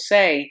Say